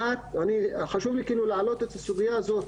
חשוב לי להעלות את הסוגיה הזו,